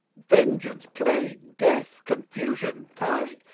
vengeance! plague! death! confusion fiery?